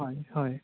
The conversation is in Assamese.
হয় হয়